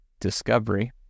discovery